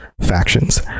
factions